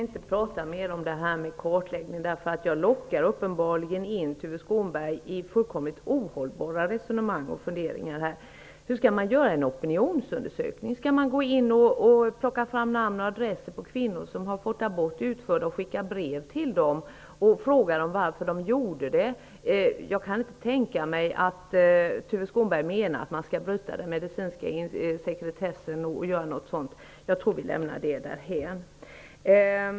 Herr talman! Jag skall inte prata mer om kartläggningen. Jag lockar uppenbarligen in Tuve Skånberg i fullkomligt ohållbara resonemang och funderingar. Skall man plocka fram namn och adresser på kvinnor som har gjort abort och skicka brev till dem och fråga varför de gjorde det? Jag kan inte tänka mig att Tuve Skånberg menar att man skall bryta den medicinska sekretessen för att göra någonting sådant. Jag tror att vi skall lämna det därhän.